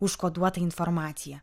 užkoduotą informaciją